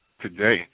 today